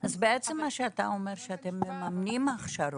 אז בעצם מה שאתה אומר, שאתם מממנים הכשרות.